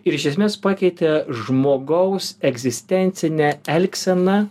ir iš esmės pakeitė žmogaus egzistencinę elgseną